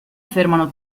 fermano